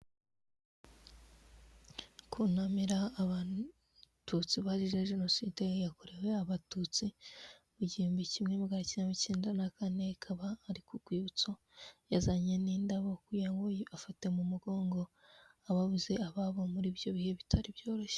Kunamira Abatutsi bazize jenoside yakorewe abatutsi mu gihumbi kimwe magana cyenda mirongo cyenda na kane akaba ari ku rwibutso, yazanye n'indabo kugira ngo afate mu mugongo ababuze ababo muri ibyo bihe bitari byoroshye.